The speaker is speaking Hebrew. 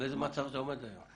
באיזה מצב זה עומד היום?